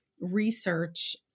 research